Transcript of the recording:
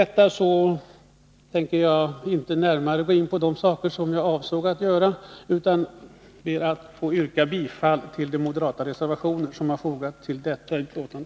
Jag skall inte närmare gå in på de frågor som jag avsåg att beröra, utan jag inskränker mig med detta till att yrka bifall till de moderata reservationer som fogats till detta betänkande.